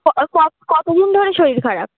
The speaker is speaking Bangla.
ও ক কতো দিন ধরে শরীর খারাপ